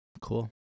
Cool